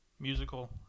musical